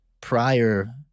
prior